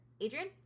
adrian